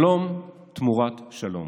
שלום תמורת שלום.